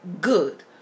good